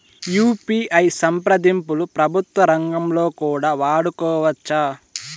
UPI సంప్రదింపులు ప్రభుత్వ రంగంలో కూడా వాడుకోవచ్చా?